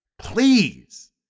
please